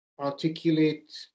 articulate